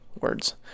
words